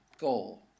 goal